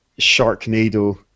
Sharknado